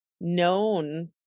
known